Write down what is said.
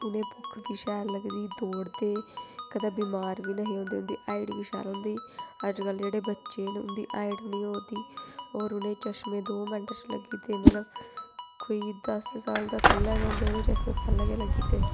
उ'नें गी भुक्ख बी शैल लगदी दौड़दे कदैं बमार बी नेही होंदे उं'दी हाइट बी शैल होंदी अजकल्ल जेह्ड़े बच्चे न उं'दी हाइट बी निं होंदी होर उ'नें चश्मे दो मिंट च लग्गी जंदे मतलब कोई दस्स साल दा थ'ल्ले गै होंदे उ'नें गी चश्मे थ'ल्ले गै लग्गी जंदे